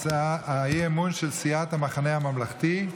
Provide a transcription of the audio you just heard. האי-אמון של סיעת המחנה הממלכתי.